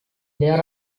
there